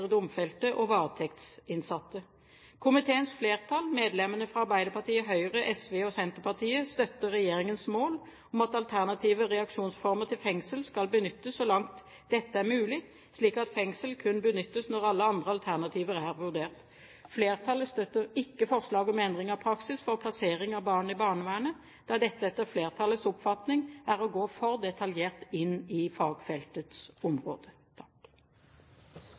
domfelte og varetektsinnsatte. Komiteens flertall, medlemmene fra Arbeiderpartiet, Høyre, SV og Senterpartiet, støtter regjeringens mål om at alternative reaksjonsformer til fengsel skal benyttes så langt dette er mulig, slik at fengsel kun benyttes når alle andre alternativer er vurdert. Flertallet støtter ikke forslaget om endring av praksis for plassering av barn i barnevernet, da dette etter flertallets oppfatning er å gå for detaljert inn i fagfeltets område.